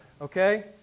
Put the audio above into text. Okay